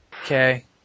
Okay